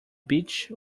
beach